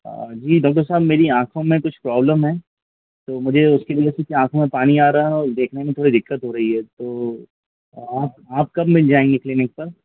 जी doctor साहब मेरी आँखों में कुछ प्रॉब्लम है तो मुझे उसके लिए आँखों में पानी आ रहा है और देखने में थोड़ी दिक़्क़त हो रही है तो आप आप कब मिल जाएँगे क्लीनिक पर